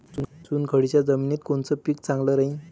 चुनखडीच्या जमिनीत कोनचं पीक चांगलं राहीन?